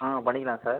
ஆ பண்ணிக்கலாம் சார்